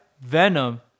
Venom